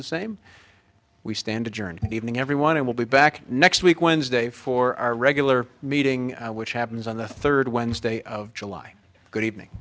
the same we stand adjourned evening everyone and will be back next week wednesday for our regular meeting which happens on the third wednesday of july good evening